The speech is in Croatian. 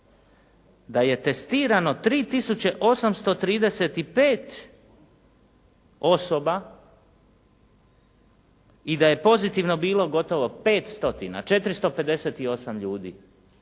da je testirano 3835 osoba i da je pozitivno bilo gotovo 500, 458 ljudi.